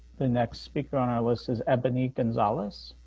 the next speaker on our list is ebony gonzales.